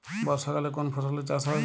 বর্ষাকালে কোন ফসলের চাষ হয়?